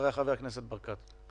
אחריה חבר הכנסת ברקת.